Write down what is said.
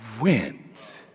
went